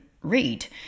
read